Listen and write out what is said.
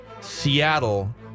Seattle